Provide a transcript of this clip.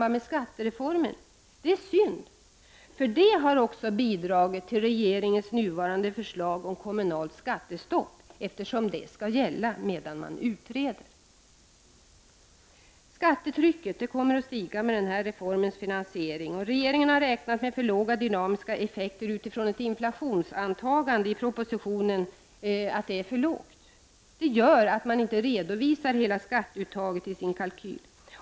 Det är synd, för detta har också bidragit till regeringens nuvarande förslag om kommunalt skattestopp, eftersom det skall gälla medan man utreder. Skattetrycket kommer att stiga med den här reformens finansiering. Regeringen har räknat med för låga dynamiska effekter på grund av att inflationsantagandena i propositionen är för låga. Det gör att man inte redovisar hela skatteuttaget i sin kalkyl.